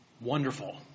wonderful